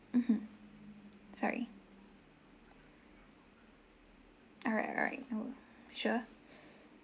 mmhmm sorry alright alright oh sure